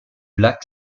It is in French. lac